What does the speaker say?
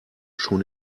schon